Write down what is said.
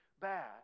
bad